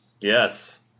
yes